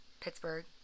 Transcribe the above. Pittsburgh